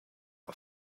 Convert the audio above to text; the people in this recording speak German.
auf